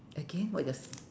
again what yours